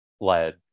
led